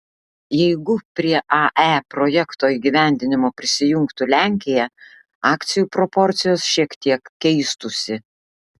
jeigu prie ae projekto įgyvendinimo prisijungtų lenkija akcijų proporcijos šiek tiek keistųsi